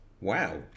Wow